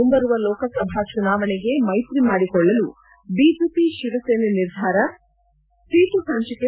ಮುಂಬರುವ ಲೋಕಸಭಾ ಚುನಾವಣೆಗೆ ಮೈತ್ರಿ ಮಾಡಿಕೊಳ್ಳಲು ಬಿಜೆಪಿ ಶಿವಸೇನೆ ನಿರ್ಧಾರ ಸೀಟು ಹಂಚಿಕೆ